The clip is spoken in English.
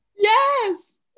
Yes